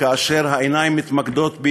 שהעיניים מתמקדות בי,